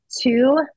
two